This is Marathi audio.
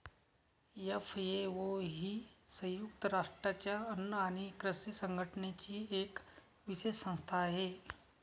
एफ.ए.ओ ही संयुक्त राष्ट्रांच्या अन्न आणि कृषी संघटनेची एक विशेष संस्था आहे